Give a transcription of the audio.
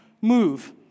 move